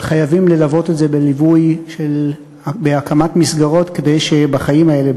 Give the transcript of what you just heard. אבל חייבים ללוות את זה בהקמת מסגרות כדי שבחיים האלה,